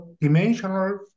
dimensional